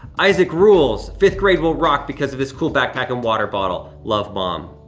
isaac rules. fifth grade will rock because of this cool backpack and water bottle, love mom.